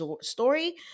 story